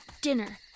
dinner